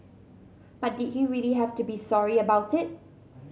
but did he really have to be sorry about it